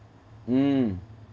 mm